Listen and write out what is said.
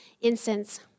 incense